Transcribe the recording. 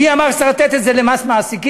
מי אמר שצריך לתת את זה למס מעסיקים?